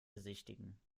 besichtigen